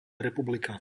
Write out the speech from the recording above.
republika